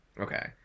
okay